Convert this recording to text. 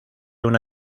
una